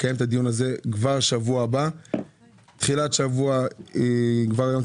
לקיים את הדיון הזה כבר בתחילת השבוע הבא.